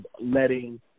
letting